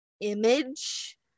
image